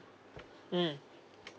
mm